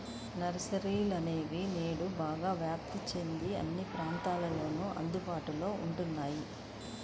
నర్సరీలనేవి నేడు బాగా వ్యాప్తి చెంది అన్ని ప్రాంతాలలోను అందుబాటులో ఉంటున్నాయి